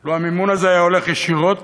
לו המימון הזה היה הולך ישירות